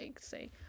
say